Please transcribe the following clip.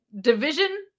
division